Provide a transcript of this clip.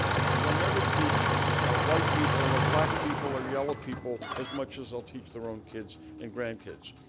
because they'll never teach white people, or black people, or yellow people as much as they'll teach their own kids and grandkids.